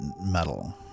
metal